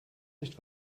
nicht